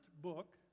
book